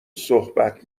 صحبت